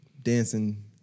Dancing